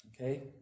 Okay